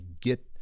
get